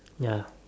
ya